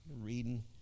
reading